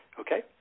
Okay